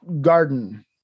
garden